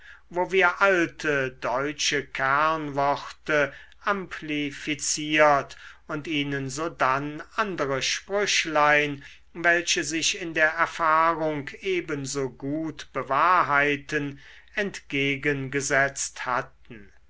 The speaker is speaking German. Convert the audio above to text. wo wir alte deutsche kernworte amplifiziert und ihnen sodann andere sprüchlein welche sich in der erfahrung ebenso gut bewahrheiten entgegengesetzt hatten